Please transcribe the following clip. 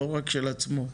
לא רק של עצמו.